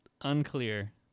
Unclear